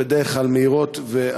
שהן בדרך כלל מהירות ויעילות.